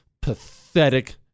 pathetic